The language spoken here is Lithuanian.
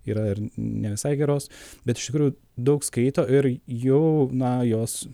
yra ne visai geros bet iš tikrųjų daug skaito ir jo na jos